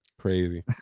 Crazy